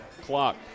clock